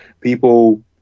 people